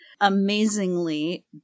Amazingly